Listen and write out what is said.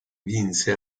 vinse